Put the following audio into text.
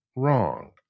wrong